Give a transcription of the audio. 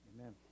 Amen